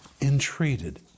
entreated